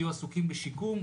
יהיו עסוקים בשיקום.